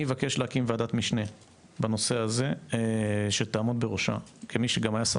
אני אבקש להקים ועדת משנה בנושא הזה שתעמוד בראשה כמי שהיה שר